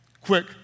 quick